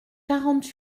quarante